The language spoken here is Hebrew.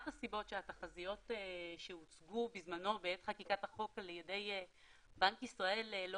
הסיבות שהתחזיות שהוצגו בזמנו בעת חקיקת החוק על ידי בנק ישראל לא